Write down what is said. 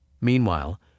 Meanwhile